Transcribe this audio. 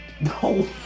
No